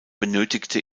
benötigte